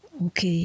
Ok